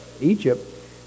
Egypt